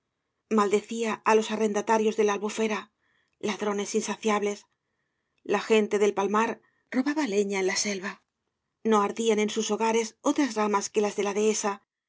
cía á los arrendatarios de la albufera ladronas insaciables la gente del palmar robaba leña en la selva no ardían en sus hogares otras ramas que las de la dehesa